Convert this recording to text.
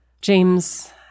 James